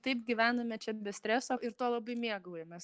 taip gyvename čia be streso ir tuo labai mėgaujamės